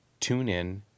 TuneIn